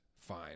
fine